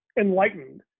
enlightened